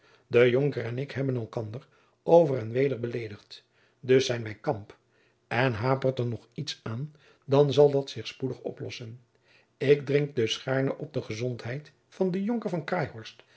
de jonker en ik hebben elkander over en weder beledigd dus zijn wij kamp en hapert er nog iets aan dan zal dit zich spoedig oplossen ik drink dus gaarne op de gezondheid van den jonker